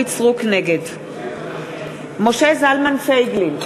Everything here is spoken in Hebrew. נגד משה זלמן פייגלין,